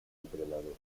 entrenador